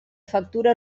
factura